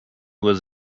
was